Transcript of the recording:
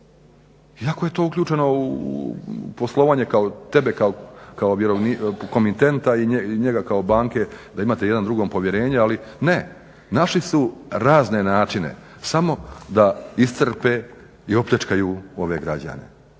iako je to uključeno u poslovanje tebe kao komitenta i njega kao banke da imate jedan u drugom povjerenje, ali ne. Našli su razne načine, samo da iscrpe i opljačkaju ove građane.